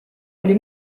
oli